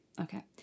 Okay